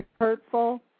hurtful